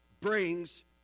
brings